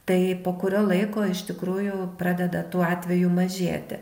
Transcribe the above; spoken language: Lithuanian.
tai po kurio laiko iš tikrųjų pradeda tų atvejų mažėti